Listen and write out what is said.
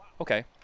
okay